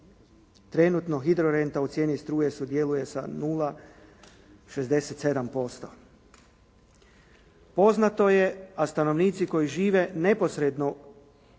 Trenutno hidro renta u cijeni struje sudjeluje sa 0,67%. Poznato je a stanovnici koji žive neposredno